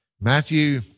Matthew